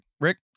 Rick